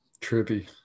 Trippy